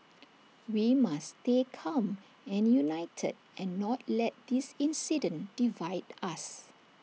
we must stay calm and united and not let this incident divide us